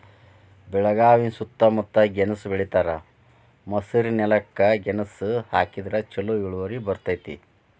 ಬೆಳಗಾವಿ ಸೂತ್ತಮುತ್ತ ಗೆಣಸ್ ಬೆಳಿತಾರ, ಮಸಾರಿನೆಲಕ್ಕ ಗೆಣಸ ಹಾಕಿದ್ರ ಛಲೋ ಇಳುವರಿ ಬರ್ತೈತಿ